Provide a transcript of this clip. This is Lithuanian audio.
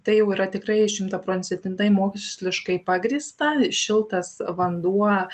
tai jau yra tikrai šimtaprocentintai moksliškai pagrįsta šiltas vanduo